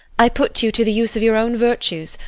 i put you to the use of your own virtues,